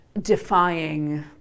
defying